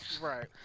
Right